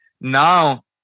now